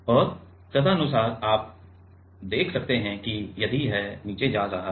और तदनुसार आप देख सकते हैं कि यदि यह नीचे जा रहा है